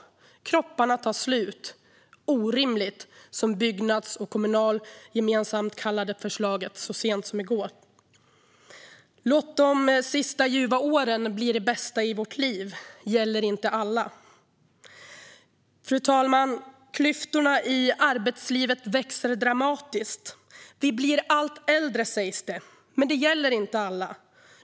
Kropparna tar slut. Orimligt, som Byggnads och Kommunal gemensamt kallade förslaget så sent som i går. "Låt de sista ljuva åren bli de bästa i vårt liv" gäller inte alla. Fru talman! Klyftorna i arbetslivet växer dramatiskt. Vi blir allt äldre, sägs det, men det gäller inte alla.